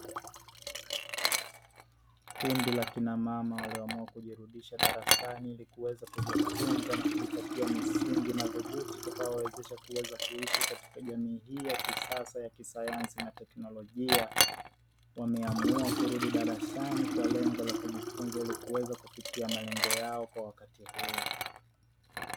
Kundi la kina mama walioamua kujirudisha darasani ili kuweza kujifunza na kujipatia misingi madhubuti, itakayowezesha kuweza kuishi katika jamii hii ya kisasa ya kisayansi na teknolojia, wameamua kurudi darasani kwa lengo la kujifunza ili kuweza kufikia malengo yao kwa wakati huu.